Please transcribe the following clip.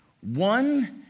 One